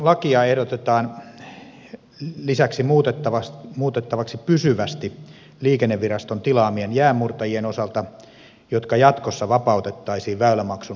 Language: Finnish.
väylämaksulakia ehdotetaan lisäksi muutettavaksi pysyvästi liikenneviraston tilaamien jäänmurtajien osalta jotka jatkossa vapautettaisiin väylämaksun maksamisesta